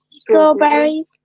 strawberries